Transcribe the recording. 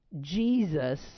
Jesus